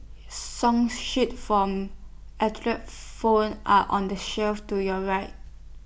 song sheets from are on the shelf to your right